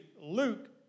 Luke